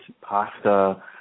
pasta